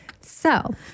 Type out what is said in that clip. So-